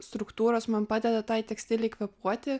struktūros man padeda tai tekstilei kvėpuoti